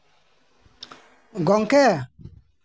ᱜᱚᱝᱠᱮ